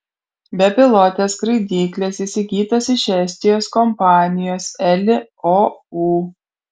bepilotės skraidyklės įsigytos iš estijos kompanijos eli ou